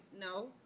no